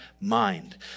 mind